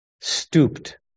stooped